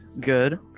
good